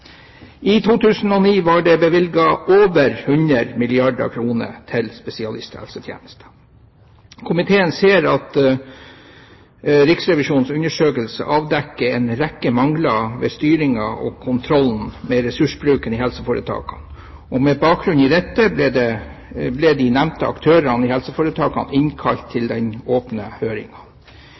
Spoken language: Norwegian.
I 2009 var det bevilget over 100 milliarder kr til spesialisthelsetjenesten. Komiteen ser at Riksrevisjonens undersøkelse avdekker en rekke mangler ved styringen og kontrollen med ressursbruken i helseforetakene, og med bakgrunn i dette ble de nevnte aktører i helseforetakene innkalt til